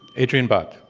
adrian bhatt.